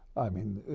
i mean,